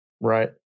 Right